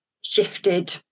shifted